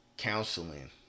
counseling